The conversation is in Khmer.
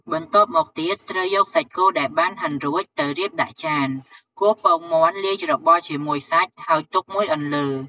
បន្ទាប់មកទៀតត្រូវយកសាច់គោដែលបានហាន់រួចទៅរៀបដាក់ចាន គោះពងមាន់លាយច្របល់ជាមួយសាច់ហើយទុកមួយអន្លើ។